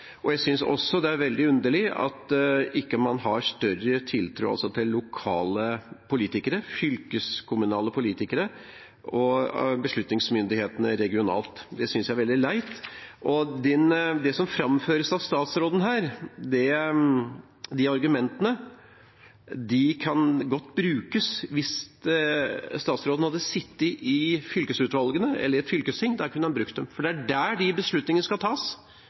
forslag. Jeg synes også det er veldig underlig at man ikke har større tiltro til lokale politikere, fylkeskommunale politikere og de regionale beslutningsmyndighetene. Det synes jeg er veldig leit. De argumentene som framføres av statsråden her, kunne godt blitt brukt hvis statsråden hadde sittet i fylkesutvalgene eller i et fylkesting. Der kunne han brukt dem, for det er der de beslutningene skal tas,